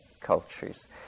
cultures